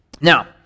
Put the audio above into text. Now